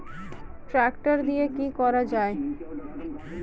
Tractor দিয়ে কি করা যায়?